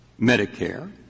Medicare